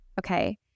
okay